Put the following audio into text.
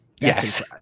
Yes